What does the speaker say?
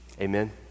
Amen